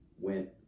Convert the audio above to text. went